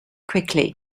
quickly